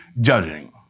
judging